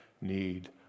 need